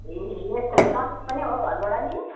ए लेस खोला नजिक पनि हो घरबाट पनि